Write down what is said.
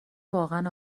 واقعا